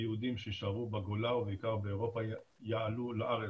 היהודים שיישארו בגולה ובעיקר באירופה יעלו לארץ.